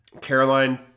Caroline